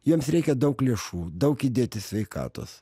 jiems reikia daug lėšų daug įdėti sveikatos